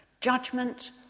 Judgment